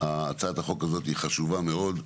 זאת הצעת חוק חשובה מאוד,